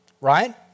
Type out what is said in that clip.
right